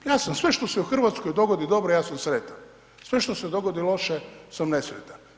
Ja sam sve što se u Hrvatskoj dogodi dobro ja sam sretan, sve što se dogodi loše sam nesretan.